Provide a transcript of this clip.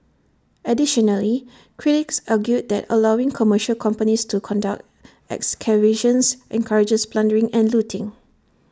additionally critics argued that allowing commercial companies to conduct excavations encourages plundering and looting